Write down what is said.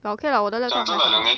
but okay lah 我的 laptop 还好好